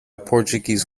portuguese